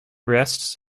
rests